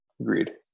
Agreed